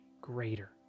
greater